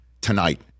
tonight